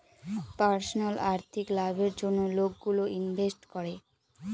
personal আর্থিক লাভের জন্য লোকগুলো ইনভেস্ট করে